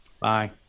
Bye